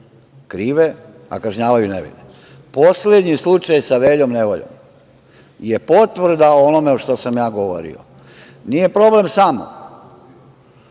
krive, a kažnjavaju nevine. Poslednji slučaj sa Veljom Nevoljom je potvrda o onom što sam ja govorio. Nije problem samo